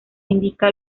indica